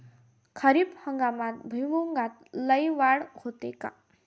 खरीप हंगामात भुईमूगात लई वाढ होते का?